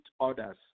others